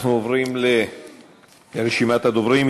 אנחנו עוברים לרשימת הדוברים.